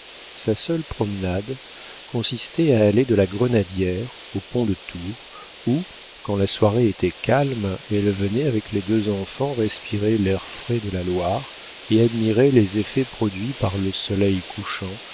sa seule promenade consistait à aller de la grenadière au pont de tours où quand la soirée était calme elle venait avec les deux enfants respirer l'air frais de la loire et admirer les effets produits par le soleil couchant